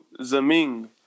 Zeming